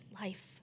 life